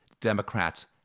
Democrats